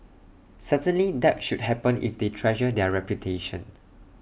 certainly that should happen if they treasure their reputation